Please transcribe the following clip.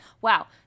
Wow